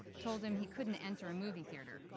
told him he couldn't enter a movie theater.